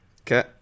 okay